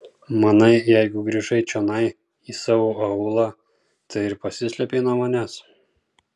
manai jeigu grįžai čionai į savo aūlą tai ir pasislėpei nuo manęs